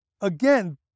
again